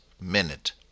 minute